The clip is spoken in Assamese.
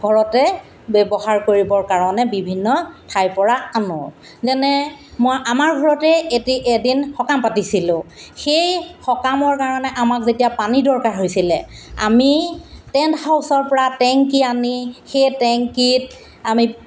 ঘৰতে ব্যৱহাৰ কৰিবৰ কাৰণে বিভিন্ন ঠাইৰ পৰা আনোঁ যেনে মই আমাৰ ঘৰতে এটি এদিন সকাম পাতিছিলোঁ সেই সকামৰ কাৰণে আমাক যেতিয়া পানী দৰকাৰ হৈছিলে আমি টেণ্ট হাউচৰ পৰা টেংকী আনি সেই টেংকীত আমি